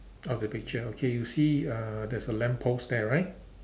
of the picture okay you see uh there's a lamppost there right